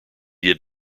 did